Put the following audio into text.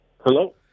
hello